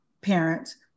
parents